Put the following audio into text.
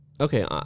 okay